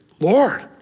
Lord